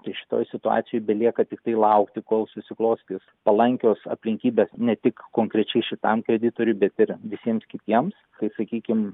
ir šitoj situacijoj belieka tiktai laukti kol susiklostys palankios aplinkybės ne tik konkrečiai šitam kreditoriui bet ir visiems kitiems kai sakykim